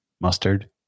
mustard